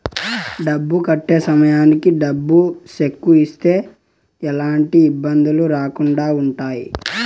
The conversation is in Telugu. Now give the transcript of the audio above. డబ్బు కట్టే సమయానికి డబ్బు సెక్కు ఇస్తే ఎలాంటి ఇబ్బందులు రాకుండా ఉంటాయి